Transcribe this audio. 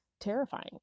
terrifying